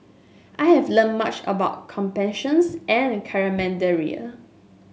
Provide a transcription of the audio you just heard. I have learned much about compassion and camaraderie